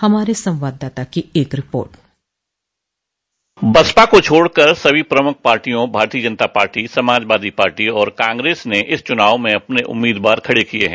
हमारे संवाददाता की एक रिपोर्ट बसपा को छोड़कर सभी प्रमुख पार्टियों भारतीय जनता पार्टी समाजवादी पार्टी और कांग्रेस ने इस चुनाव में अपने उम्मीदवार खड़े किए हैं